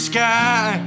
Sky